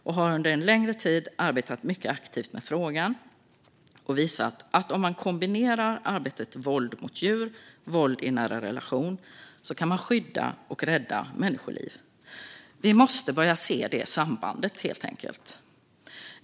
Den har under en längre tid arbetat mycket aktivt med frågan och visat att om man kombinerar arbetet mot våld mot djur och mot våld i nära relation kan man skydda och rädda människoliv. Vi måste börja se det sambandet helt enkelt.